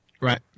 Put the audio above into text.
Right